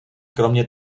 kromě